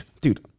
dude